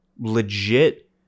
legit